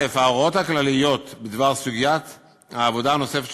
ההוראות הכלליות בדבר סוגיית העבודה הנוספת של